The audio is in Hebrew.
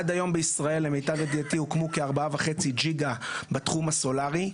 עד היום בישראל למיטב ידיעתי הוקמו כארבעה וחצי ג'יגה בתחום הסולרי,